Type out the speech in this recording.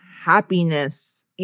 happiness